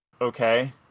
Okay